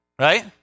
right